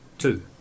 Two